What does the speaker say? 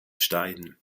stein